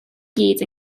gyd